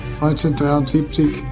1973